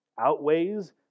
outweighs